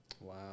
Wow